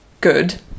good